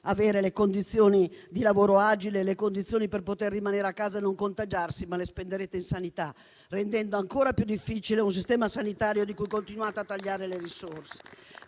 avere le condizioni di lavoro agile e le condizioni per poter rimanere a casa e non contagiarsi, ma spenderete quelle risorse in sanità, rendendo ancora più difficile un sistema sanitario cui continuate a tagliare le risorse.